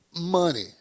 money